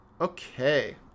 okay